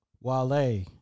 Wale